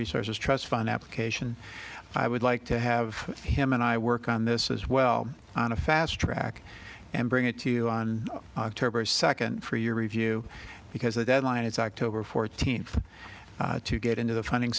resources trust fund application i would like to have him and i work on this as well on a fast track and bring it to you on october second for your review because the deadline is october fourteenth to get into the funding